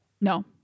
No